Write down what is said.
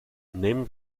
nehmen